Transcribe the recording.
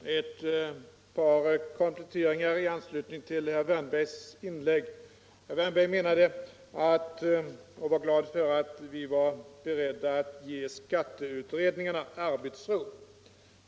Herr talman! Ett par kompletteringar i anslutning till herr Wärnbergs inlägg. Herr Wärnberg menade och var glad för att vi var beredda att ge skatteutredningarna arbetsro.